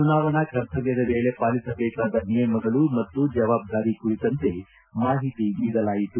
ಚುನಾವಣಾ ಕರ್ತವ್ಯದ ವೇಳೆ ಪಾಲಿಸಬೇಕಾದ ನಿಯಮಗಳು ಮತ್ತು ಜವಾಬ್ದಾರಿ ಕುರಿತಂತೆ ಮಾಹಿತಿ ನೀಡಲಾಯಿತು